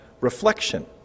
reflection